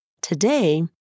Today